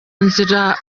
nzira